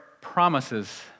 promises